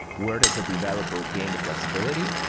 where does the developer gain the flexibility?